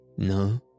No